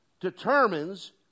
determines